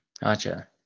Gotcha